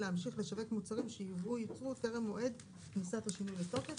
להמשיך לשווק מוצרים שיובאו או יוצרו טרם מועד כניסת השינוי לתוקף.